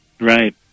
Right